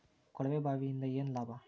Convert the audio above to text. ಕೊಳವೆ ಬಾವಿಯಿಂದ ಏನ್ ಲಾಭಾ?